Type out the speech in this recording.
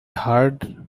heard